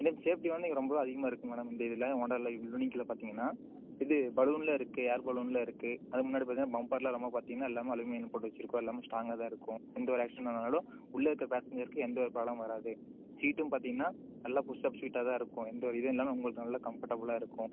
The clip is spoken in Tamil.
இல்லைங்க சேஃப்ட்டி வந்து இது ரொம்பவே அதிகமாக இருக்கும் மேடம் இந்த இதில் ஹோண்டால யுனிக்கில் பார்த்தீங்கன்னா இது பலூனில் இருக்குது ஏர் பலூனனில் இருக்குது அதுக்கு முன்னாடி பார்த்தீங்கன்னா பம்பர்லாம் நம்ம பார்த்தீங்கன்னா எல்லாமே அலுமினியம் போட்டு வச்சுருக்கோம் எல்லாமே ஸ்ட்ராங்காக தான் இருக்கும் எந்த ஒரு ஆக்சிடண்ட் ஆனாலும் உள்ள இருக்க பேசஞ்சருக்கு எந்த ஒரு ப்ராப்ளமும் வராது ஷீட்டும் பார்த்தீங்கன்னா நல்ல புஷ்ஷப் ஷீட்டாகதான் இருக்கும் எந்த ஒரு இதுவும் இல்லாமல் உங்களுக்கு நல்ல கம்ஃபர்ட்டபுளா இருக்கும்